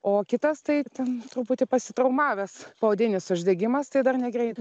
o kitas tai ten truputį pasitraumavęs poodinis uždegimas tai dar negreit